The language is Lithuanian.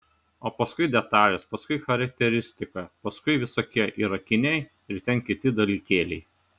o paskui detalės paskui charakteristika paskui visokie ir akiniai ir ten kiti dalykėliai